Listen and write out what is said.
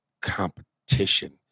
competition